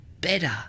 better